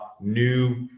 new